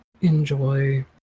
Enjoy